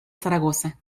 zaragoza